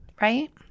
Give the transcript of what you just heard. right